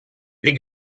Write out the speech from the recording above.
les